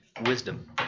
wisdom